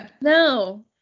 No